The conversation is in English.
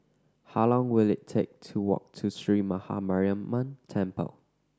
how long will it take to walk to Sree Maha Mariamman Temple